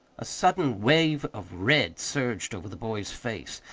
a sudden wave of red surged over the boy's face.